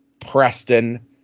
Preston